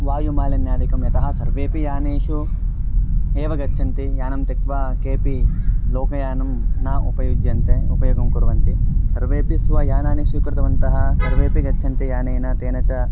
वायुमालिन्यादिकं यतः सर्वेपि यानेषु एव गच्छन्ति यानं त्यक्त्वा केपि लोकयानं न उपयुज्यन्ते उपयोगं कुर्वन्ति सर्वेपि स्व यानानि स्वीकृतवन्तः सर्वेपि गच्छन्ति यानेन तेन च